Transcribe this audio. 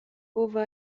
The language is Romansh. fuva